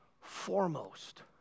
foremost